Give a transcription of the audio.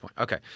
Okay